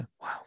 Wow